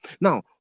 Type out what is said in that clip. Now